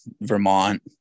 Vermont